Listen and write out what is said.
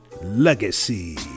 Legacy